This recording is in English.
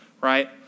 right